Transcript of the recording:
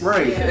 Right